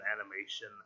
animation